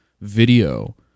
video